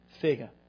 figure